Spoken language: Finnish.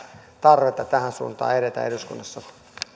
tarvetta tähän suuntaan edetä eduskunnassa